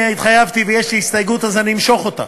התחייבתי, ויש לי הסתייגות, אז אני אמשוך אותה,